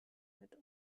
mit